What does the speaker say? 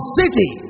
city